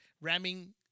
ramming